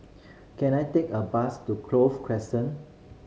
can I take a bus to Clover Crescent